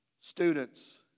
Students